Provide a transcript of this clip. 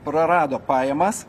prarado pajamas